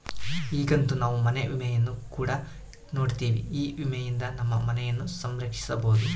ಈಗಂತೂ ನಾವು ಮನೆ ವಿಮೆಯನ್ನು ಕೂಡ ನೋಡ್ತಿವಿ, ಈ ವಿಮೆಯಿಂದ ನಮ್ಮ ಮನೆಯನ್ನ ಸಂರಕ್ಷಿಸಬೊದು